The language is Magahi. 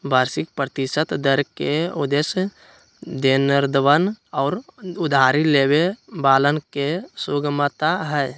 वार्षिक प्रतिशत दर के उद्देश्य देनदरवन और उधारी लेवे वालन के सुगमता हई